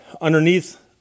underneath